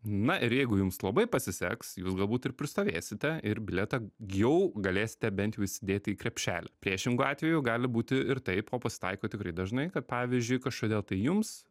na ir jeigu jums labai pasiseks jūs galbūt ir pristovėsite ir bilietą jau galėsite bent jau įsidėti į krepšelį priešingu atveju gali būti ir taip o pasitaiko tikrai dažnai kad pavyzdžiui kažkodėl tai jums